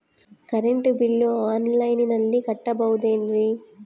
Current bill ಆನ್ಲೈನಿನಲ್ಲಿ ಕಟ್ಟಬಹುದು ಏನ್ರಿ?